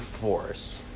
force